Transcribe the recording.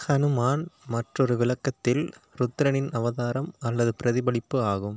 ஹனுமான் மற்றொரு விளக்கத்தில் ருத்ரனின் அவதாரம் அல்லது பிரதிபலிப்பு ஆகும்